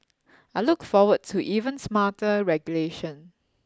I look forward to even smarter regulation